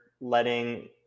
letting